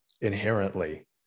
inherently